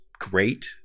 great